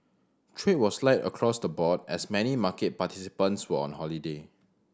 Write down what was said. trade was light across the board as many market participants were on holiday